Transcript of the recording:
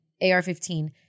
AR-15